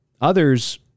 others